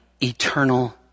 eternal